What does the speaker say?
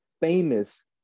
famous